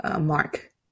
mark